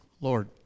Lord